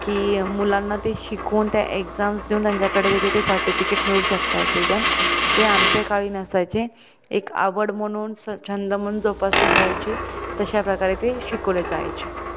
की मुलांना ते शिकून त्या एक्झाम्स देऊन त्यांच्याकडे त्याचे ते सर्टिफिकेट मिळू शकतात ते आमच्या काळी नसायचे एक आवड म्हणून स छंद म्हणून जोपासले जायचे तशाप्रकारे ते शिकवले जायचे